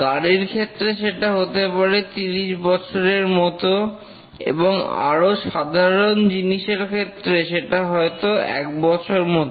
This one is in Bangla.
গাড়ির ক্ষেত্রে সেটা হতে পারে 30 বছর এর মত এবং আরও সাধারণ জিনিসের ক্ষেত্রে সেটা হয়তো এক বছর মত